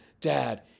dad